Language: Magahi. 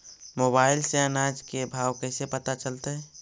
मोबाईल से अनाज के भाव कैसे पता चलतै?